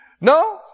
No